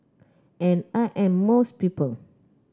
and I am most people